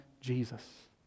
Jesus